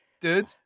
dude